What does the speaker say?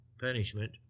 punishment